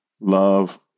love